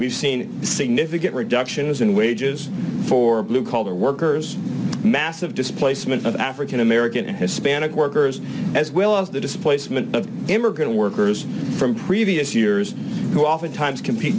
we've seen significant reductions in wages for blue collar workers massive displacement of african american and hispanic workers as well as the displacement of immigrant workers from previous years who oftentimes c